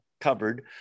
covered